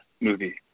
movie